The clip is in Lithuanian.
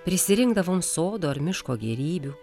prisirinkdavom sodo ar miško gėrybių